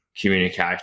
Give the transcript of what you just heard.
communication